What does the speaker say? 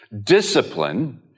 discipline